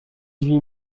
huit